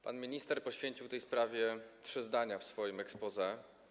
Pan minister poświęcił tej sprawie trzy zdania w swoim exposé.